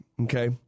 okay